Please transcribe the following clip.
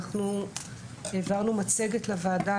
אנחנו העברנו מצגת לוועדה.